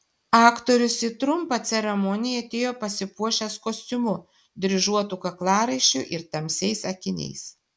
aktorius į trumpą ceremoniją atėjo pasipuošęs kostiumu dryžuotu kaklaraiščiu ir tamsiais akiniais